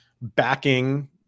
backing